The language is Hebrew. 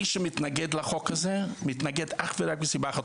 מי שמתנגד לחוק הזה מתנגד אך ורק מסיבה אחת,